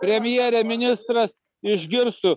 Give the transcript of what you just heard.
premjerė ministras išgirstų